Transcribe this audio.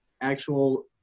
actual